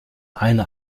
eine